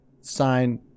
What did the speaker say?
sign